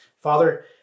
Father